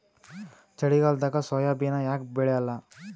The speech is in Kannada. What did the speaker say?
ಚಳಿಗಾಲದಾಗ ಸೋಯಾಬಿನ ಯಾಕ ಬೆಳ್ಯಾಲ?